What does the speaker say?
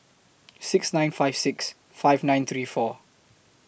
six nine five six five nine three four